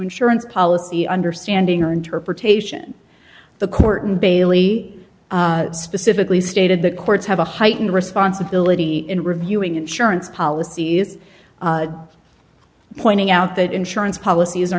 insurance policy understanding or interpretation the court in bailey specifically stated that courts have a heightened responsibility in reviewing insurance policies pointing out that insurance policies are